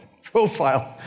profile